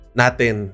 natin